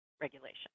regulation